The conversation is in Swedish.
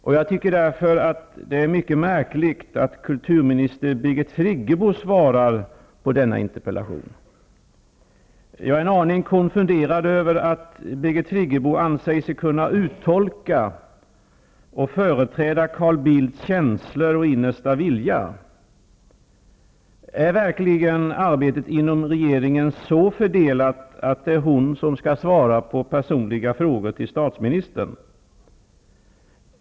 Det är därför mycket märkligt att kulturminister Birgit Friggebo svarar på denna interpellation. Jag är en aning konfunderad över att Birgit Friggebo anser sig kunna uttolka och företräda Carl Bildts känsla och innersta vilja. Är verkligen arbetet inom regeringen så fördelat att det är hon som skall svara på personliga frågor till statsministern?